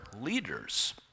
leaders